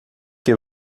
que